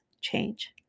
change